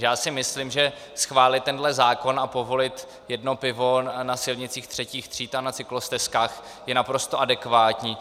Takže si myslím, že schválit tenhle zákon a povolit jedno pivo na silnicích třetích tříd a na cyklostezkách je naprosto adekvátní.